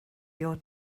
your